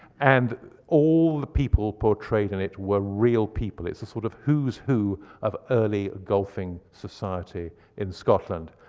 and all the people portrayed in it were real people. it's a sort of who's who of early golfing society in scotland.